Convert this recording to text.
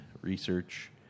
research